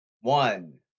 One